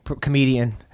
comedian